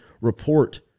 report